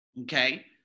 okay